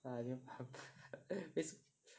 ah